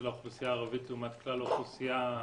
האוכלוסייה הערבית לעומת כלל האוכלוסייה,